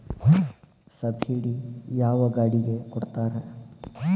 Subsidy ಯಾವ ಗಾಡಿಗೆ ಕೊಡ್ತಾರ?